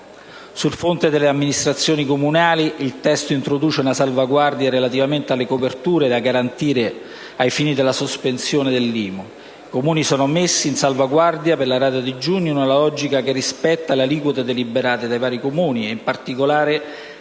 Sul fronte delle amministrazioni comunali il testo introduce una salvaguardia relativamente alle coperture da garantire ai fini della sospensione dell'IMU. I Comuni sono stati messi in salvaguardia per la rata di giugno in una logica che rispetta le aliquote deliberate dai vari Comuni. In particolare,